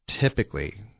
typically